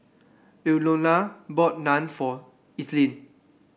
Ilona bought Naan for Ethelyn